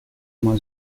uma